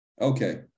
Okay